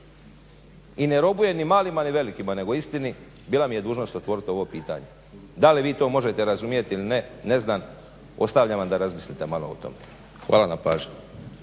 i ne robuje ni malima ni velikima nego istini bila mi je dužnost otvorit ovo pitanje. Da li vi to možete razumjet ili ne, ne znam, ostavljam vam da razmislite malo o tome. Hvala na pažnji.